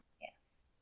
Yes